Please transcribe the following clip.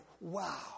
wow